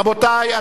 רבותי,